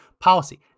policy